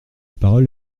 parole